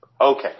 Okay